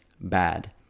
bad